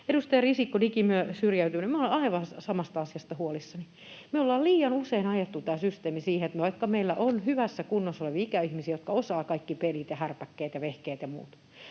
Edustaja Risikko, digisyrjäytyminen. Minä olen aivan samasta asiasta huolissani. Me ollaan liian usein ajettu tämä systeemi siihen, vaikka meillä on hyvässä kunnossa olevia ikäihmisiä, jotka osaavat kaikki pelit ja härpäkkeet ja vehkeet ja muut.